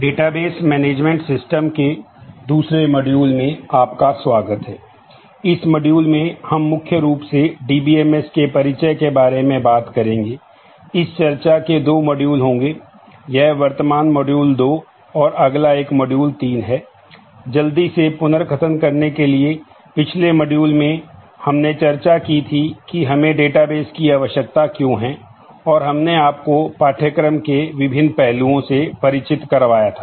database management systems की आवश्यकता क्यों है और हमने आपको पाठ्यक्रम के विभिन्न पहलुओं से परिचित कराया था